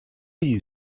you